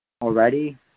already